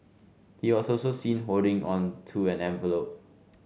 he was also seen holding on to an envelop